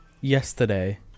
yesterday